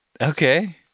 Okay